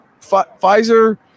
Pfizer